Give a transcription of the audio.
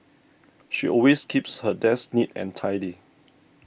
she always keeps her desk neat and tidy